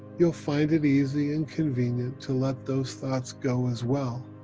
you'll find it easy and convenient to let those thoughts go as well